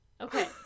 Okay